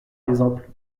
exemple